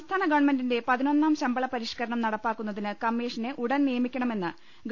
സംസ്ഥാന ഗവൺമെന്റിന്റെ പതിനൊന്നാം ശമ്പള പരിഷ് കരണം നടപ്പാക്കുന്നതിന് കമ്മീഷനെ ഉടൻ നിയമിക്കണമെന്ന് ഗവ